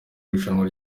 irushanwa